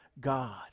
God